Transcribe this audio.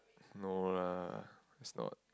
no lah it's not